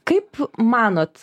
kaip manot